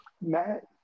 Matt